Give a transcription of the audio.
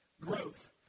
growth